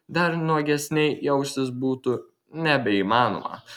dar nuogesnei jaustis būtų nebeįmanoma